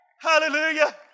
Hallelujah